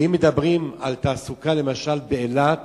אם מדברים על תעסוקה, למשל באילת